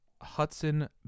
Hudson